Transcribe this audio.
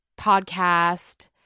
podcast